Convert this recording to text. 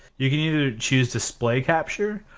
you can either choose display capture,